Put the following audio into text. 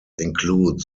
include